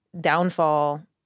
downfall